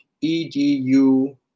E-D-U